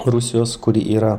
rusijos kuri yra